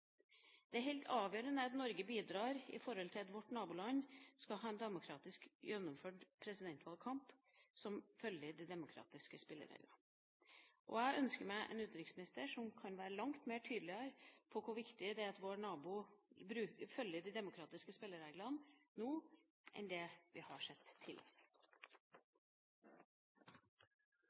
Det er helt avgjørende at Norge bidrar til at vårt naboland har en presidentvalgkamp som følger de demokratiske spillereglene. Jeg ønsker meg en utenriksminister som kan være langt mer tydelig på hvor viktig det er at vår nabo følger de demokratiske spillereglene, enn vi har sett tidligere. Først merker jeg meg at det er tilslutning til